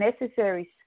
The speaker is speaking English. necessary